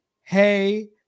Hey